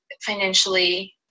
financially